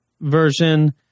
version